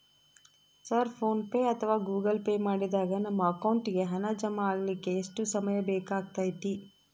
Sir PhonePe ಅಥವಾ Google Pay ಮಾಡಿದಾಗ ನಮ್ಮ ಅಕೌಂಟಿಗೆ ಹಣ ಜಮಾ ಆಗಲಿಕ್ಕೆ ಎಷ್ಟು ಸಮಯ ಬೇಕಾಗತೈತಿ?